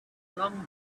long